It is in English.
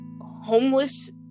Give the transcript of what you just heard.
homeless